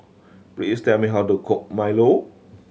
please tell me how to cook milo